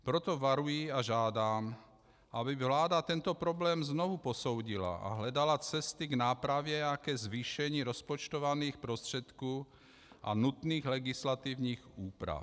Proto varuji a žádám, aby vláda tento problém znovu posoudila a hledala cesty k nápravě a ke zvýšení rozpočtovaných prostředků a nutných legislativních úprav.